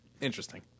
Interesting